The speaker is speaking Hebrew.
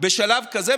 בשלב כזה,